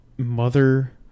Mother